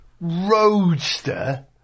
Roadster